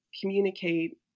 communicate